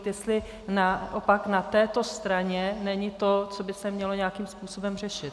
Jestli naopak na této straně není to, co by se mělo nějakým způsobem řešit.